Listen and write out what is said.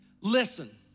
listen